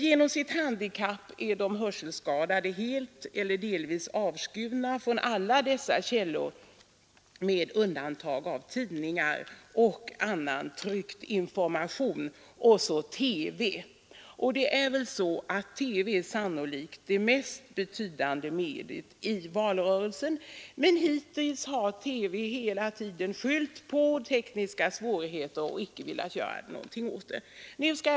Genom sitt handikapp är de hörselskadade helt eller delvis avskurna från alla informationskällor med undantag av tidningar och annan tryckt information och TV. Sannolikt är TV:n det mest betydande mediet i valrörelsen, men hittills har TV hela tiden skyllt på tekniska svårigheter och icke velat göra någonting åt textningen av programmen.